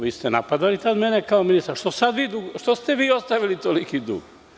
Vi ste napadali tada mene kao ministar, a što ste vi ostavili toliki dug?